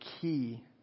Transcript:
key